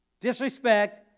disrespect